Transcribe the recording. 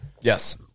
Yes